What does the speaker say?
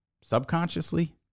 Subconsciously